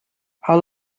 how